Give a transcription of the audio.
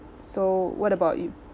so what about you